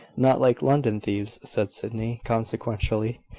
not like london thieves, said sydney, consequentially,